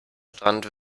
strand